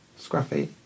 Scruffy